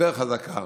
יותר חזקה.